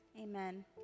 Amen